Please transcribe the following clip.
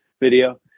video